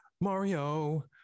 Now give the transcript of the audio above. Mario